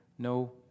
no